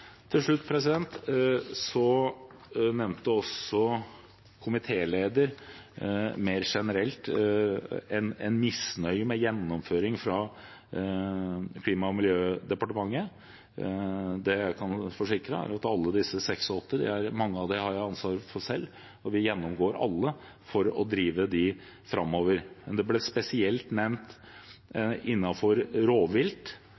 Til slutt: Komitélederen nevnte mer generelt en misnøye med gjennomføringen fra Klima- og miljødepartementet. Jeg kan forsikre om at vi gjennomgår alle disse 86 vedtakene for å drive dem framover, og mange av dem har jeg ansvar for selv. Det ble spesielt nevnt rovvilt. Jeg kan forsikre om at vi følger opp rovviltforliket. Vi følger opp det